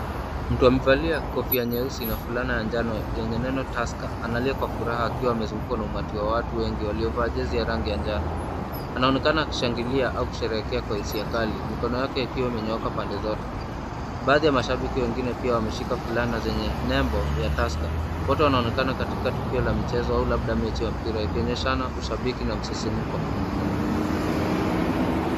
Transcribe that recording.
Mtu amevalia kofia nyeusi na fulana ya jano yenye neno Tusker analia kwa furaha akiwa amezungukwa na umati wa watu wengi walioavaa jezi ya rangi ya jano , wanaonekana wakishangilia au kusherekea kwa hisia kali mikono yake ikiwa imenyooka pande zote, baadhi ya mashabiki wengine pia wameshika fulana zenye nembo ya Tusker wote wanaonekana katika tukio la michezo au labda mechi ya mpira ,ikionyeshana ushabiki ni msisimuko.